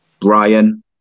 Brian